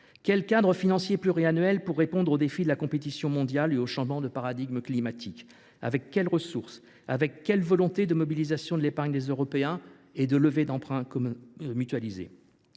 Quel cadre financier pluriannuel permettra de répondre aux défis de la compétition mondiale et au changement de paradigme climatique ? De quelles ressources sera t il doté, et avec quelle volonté de mobilisation de l’épargne des Européens et de levée d’emprunts mutualisés ?